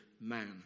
man